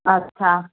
अच्छा